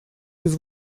без